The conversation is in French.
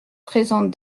présente